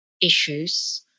issues